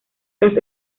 las